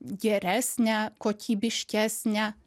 geresnę kokybiškesnę